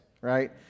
right